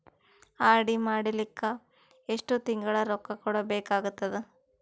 RD ಮಾಡಲಿಕ್ಕ ಎಷ್ಟು ತಿಂಗಳ ರೊಕ್ಕ ಕಟ್ಟಬೇಕಾಗತದ?